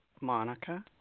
Monica